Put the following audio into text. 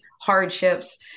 hardships